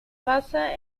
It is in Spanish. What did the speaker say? basa